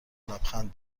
لبخند